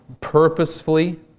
purposefully